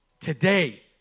Today